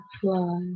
fly